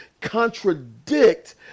contradict